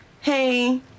hey